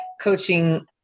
coaching